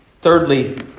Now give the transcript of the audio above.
Thirdly